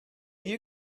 you